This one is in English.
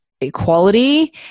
equality